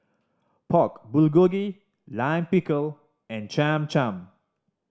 Pork Bulgogi Lime Pickle and Cham Cham